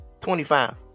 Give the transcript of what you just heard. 25